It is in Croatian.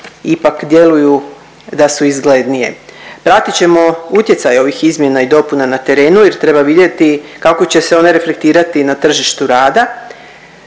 ipak djeluju da su izglednije. Pratit ćemo utjecaj ovih izmjena i dopuna na terenu jer treba vidjeti kako će se one reflektirati na tržištu rada,